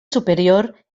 superior